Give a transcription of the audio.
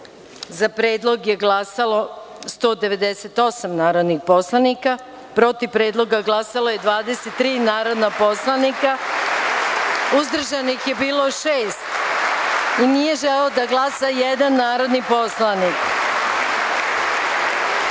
za predlog je glasalo 198 narodnih poslanika, protiv predloga glasala su 23 narodna poslanika, uzdržanih je bilo šest i nije želeo da glasa jedan narodni poslanik. Pošto